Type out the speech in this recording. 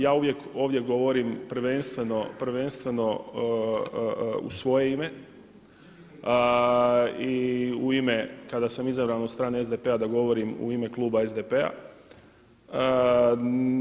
Ja uvijek ovdje govorim prvenstveno u svoje ime i u ime kada sam izabran od strane SDP-a da govorim u ime kluba SDP-a.